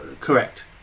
Correct